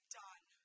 done